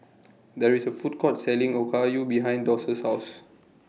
There IS A Food Court Selling Okayu behind Doss' House